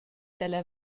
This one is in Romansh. dalla